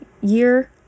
year